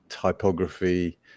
typography